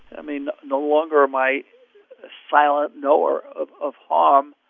and i mean, no longer am i the silent knower of of harm.